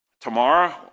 tomorrow